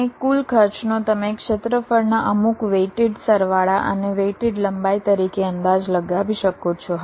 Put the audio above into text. અને કુલ ખર્ચનો તમે ક્ષેત્રફળના અમુક વેઇટેડ સરવાળા અને વેઇટેડ લંબાઈ તરીકે અંદાજ લગાવી શકો છો